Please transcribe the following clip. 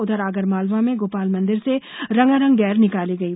उधर आगरमालवा में गोपाल मंदिर से रंगारंग गेर निकाली गयी